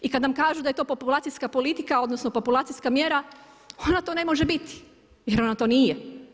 I kad nam kažu da je to populacijska politika odnosno populacijska mjera, ona to ne može biti jer ona to nije.